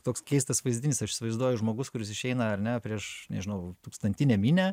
toks keistas vaizdinys aš įsivaizduoju žmogus kuris išeina ar ne prieš nežinau tūkstantinę minią